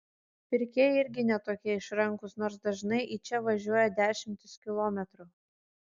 pirkėjai irgi ne tokie išrankūs nors dažnai į čia važiuoja dešimtis kilometrų